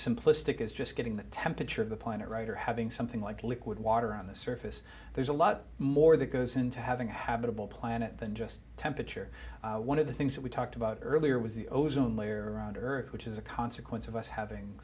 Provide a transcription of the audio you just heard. simplistic as just getting the temperature of the planet right or having something like liquid water on the surface there's a lot more that goes into having a habitable planet than just temperature one of the things that we talked about earlier was the ozone layer around earth which is a consequence of us having